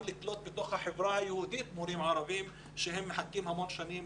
לקלוט אותם בתוך החברה היהודית והמורים האלה מחכים שנים